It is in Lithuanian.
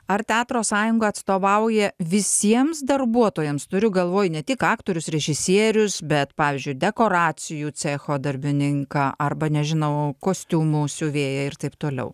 ar teatro sąjunga atstovauja visiems darbuotojams turiu galvoj ne tik aktorius režisierius bet pavyzdžiui dekoracijų cecho darbininką arba nežinau kostiumų siuvėją ir taip toliau